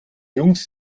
jungs